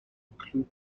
include